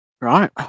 right